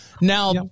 Now